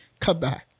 cutback